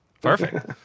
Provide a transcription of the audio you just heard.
Perfect